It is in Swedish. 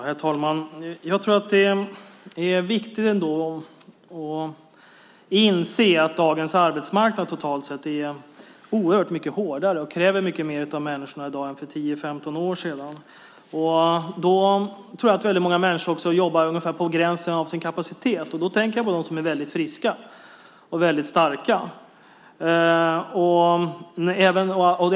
Herr talman! Jag tror att det är viktigt att inse att dagens arbetsmarknad totalt sett är oerhört mycket hårdare och kräver mycket mer av människorna än för 10-15 år sedan. Väldigt många människor jobbar på gränsen av sin kapacitet. Jag tänker på dem som är väldigt friska och starka.